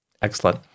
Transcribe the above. Excellent